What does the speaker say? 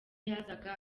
yazaga